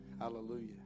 Hallelujah